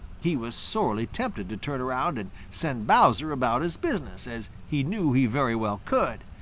he was sorely tempted to turn around and send bowser about his business, as he knew he very well could.